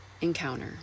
encounter